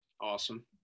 Awesome